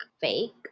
fake